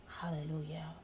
Hallelujah